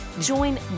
join